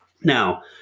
Now